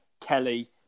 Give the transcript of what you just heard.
Kelly